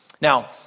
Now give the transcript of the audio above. Now